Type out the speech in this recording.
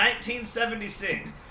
1976